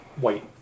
white